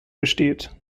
besteht